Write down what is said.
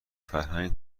فرهنگ